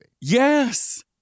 Yes